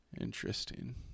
Interesting